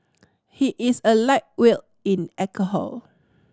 he is a light will in alcohol